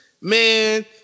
man